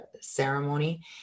ceremony